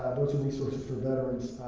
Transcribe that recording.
those are resources for veterans,